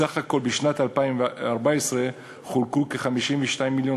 בסך הכול בשנת 2014 חולקו כ-52 מיליון